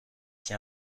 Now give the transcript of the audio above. qui